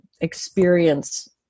experience